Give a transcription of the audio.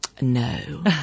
No